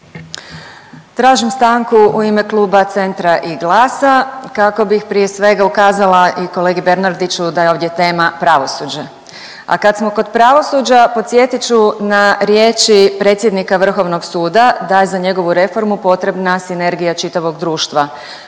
Tražim stanku u ime kluba Centra i GLAS-a kako bih prije svega ukazala i kolegi Bernardiću da je ovdje tema pravosuđe, a kad smo kod pravosuđa podsjetit ću na riječi predsjednika Vrhovnog suda da je za njegovu reformu potrebna sinergija čitavog društva